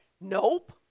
Nope